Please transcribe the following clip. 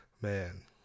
Man